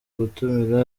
gutumira